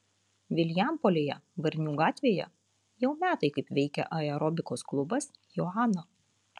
vilijampolėje varnių gatvėje jau metai kaip veikia aerobikos klubas joana